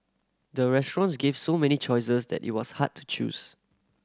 the restaurants gave so many choices that it was hard to choose